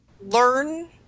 learn